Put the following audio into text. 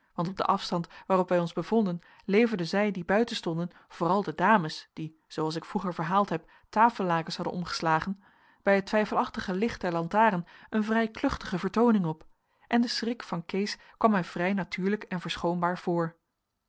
want op den afstand waarop wij ons bevonden leverden zij die buiten stonden vooral de dames die zooals ik vroeger verhaald heb tafellakens hadden omgeslagen bij het twijfelachtige licht der lantaren een vrij kluchtige vertooning op en de schrik van kees kwam mij vrij natuurlijk en verschoonhaar voor